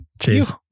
Cheers